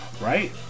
right